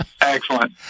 Excellent